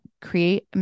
create